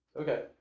Okay